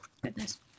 Goodness